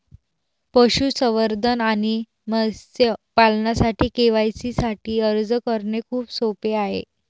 पशुसंवर्धन आणि मत्स्य पालनासाठी के.सी.सी साठी अर्ज करणे खूप सोपे आहे